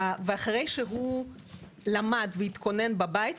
ואחרי שהוא למד והתכונן בבית,